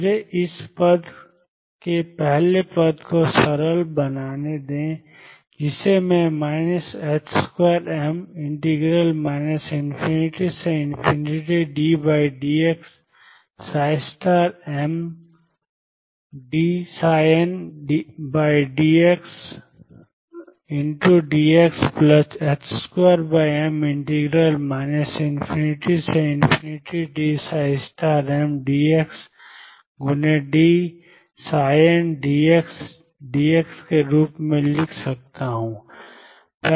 मुझे इस पद के पहले पद को सरल बनाने दें जिसे मैं 22m ∞ddxψmdndxdx22m ∞dmdxdndxdx के रूप में लिख सकता हूं